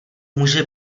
může